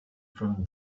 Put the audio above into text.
from